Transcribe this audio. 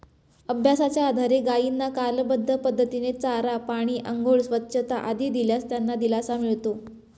अभ्यासाच्या आधारे गायींना कालबद्ध पद्धतीने चारा, पाणी, आंघोळ, स्वच्छता आदी दिल्यास त्यांना दिलासा मिळतो